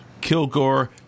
Kilgore